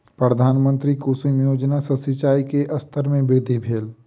प्रधानमंत्री कुसुम योजना सॅ सिचाई के स्तर में वृद्धि भेल